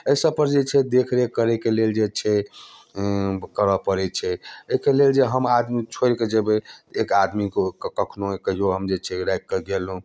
अइ सबपर जे छै देखरेख करैके लेल जे छै करऽ पड़ै छै अइके लेल जे हम आदमी छोड़िकऽ जेबै एक आदमीके ओ कखनो कहियो हम जे छै राखिकऽ गेलहुँ